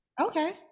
Okay